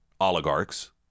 oligarchs